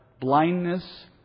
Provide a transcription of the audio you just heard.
blindness